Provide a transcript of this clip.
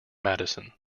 madison